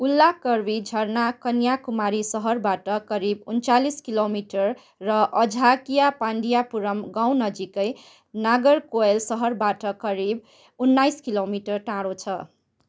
उल्लाकर्वी झर्ना कन्याकुमारी शहरबाट करिब उन्चालिस किलोमिटर र अझाकियापाण्डियापुरम् गाउँ नजिकै नागरकोइल शहरबाट करिब उन्नाइस किलोमिटर टाढो छ